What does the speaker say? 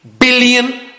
billion